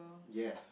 yes